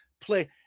play